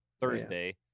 Thursday